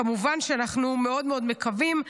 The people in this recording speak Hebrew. וכמובן שאנחנו מאוד מאוד מקווים,